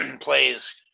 plays